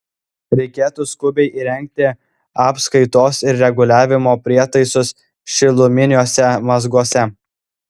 reikėtų skubiai įrengti apskaitos ir reguliavimo prietaisus šiluminiuose mazguose